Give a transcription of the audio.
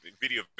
Video